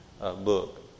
book